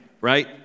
right